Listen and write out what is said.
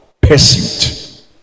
Pursuit